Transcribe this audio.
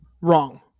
wrong